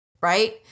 right